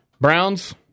Browns